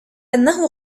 أنه